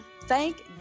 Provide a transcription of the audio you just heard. Thank